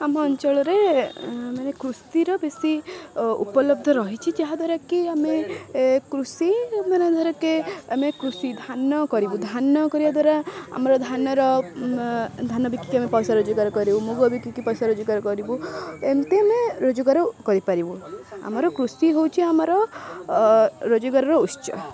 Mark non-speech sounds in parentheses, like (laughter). ଆମ ଅଞ୍ଚଳରେ ମାନେ କୃଷିର ବେଶୀ ଉପଲବ୍ଧ ରହିଛି ଯାହାଦ୍ୱାରା କି ଆମେ କୃଷି ମାନେ (unintelligible) ଆମେ କୃଷି ଧାନ କରିବୁ ଧାନ କରିବା ଦ୍ୱାରା ଆମର ଧାନର ଧାନ ବିକିକି ଆମେ ପଇସା ରୋଜଗାର କରିବୁ ମୁଗ ବିକିକି ପଇସା ରୋଜଗାର କରିବୁ ଏମିତି ଆମେ ରୋଜଗାର କରିପାରିବୁ ଆମର କୃଷି ହେଉଛି ଆମର ରୋଜଗାରର ଉତ୍ସ